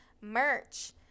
Merch